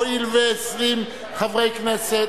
הואיל ו-20 חברי כנסת